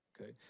okay